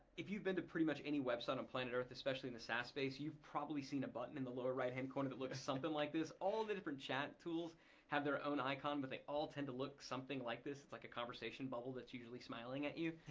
if you've been to pretty much any website on planet earth, especially in the saas space, you've probably seen a button in the lower right hand corner that looks something like this. all the different chat tools have their own icon but they all tend to look something like this, like a conversation bubble that's usually smiling at you.